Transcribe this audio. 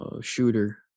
Shooter